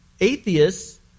atheists